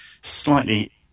slightly